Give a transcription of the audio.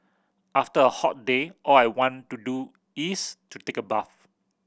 after a hot day all I want to do is to take a bath